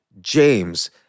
James